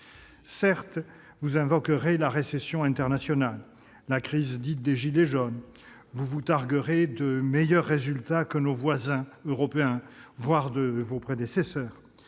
Certes, vous invoquerez la récession internationale, la crise des « gilets jaunes », vous vous targuerez de meilleurs résultats que nos voisins européens, voire que vos prédécesseurs.